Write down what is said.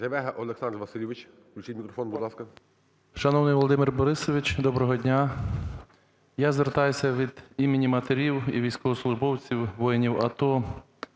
доброго дня!